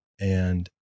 and-